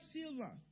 silver